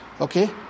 Okay